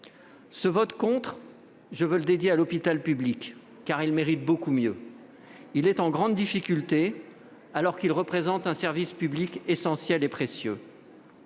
Ce vote contre, je le dédie à l'hôpital public, qui mérite beaucoup mieux. Il est en grande difficulté alors qu'il constitue un service public essentiel et précieux.